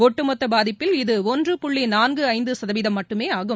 ஒட்டுமொத்த பாதிப்பில் இது ஒன்று புள்ளி நான்கு ஐந்த சதவீதம் மட்டுமே ஆகும்